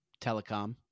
telecom